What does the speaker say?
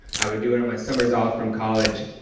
i would do it on my summers off from college,